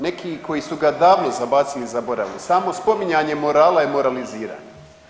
Neki koji su ga davno zabacili i zaboravili samo spominjanje morala je moraliziranje.